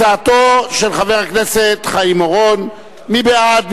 הצעתו של חבר הכנסת חיים אורון, מי בעד?